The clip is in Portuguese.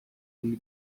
lhe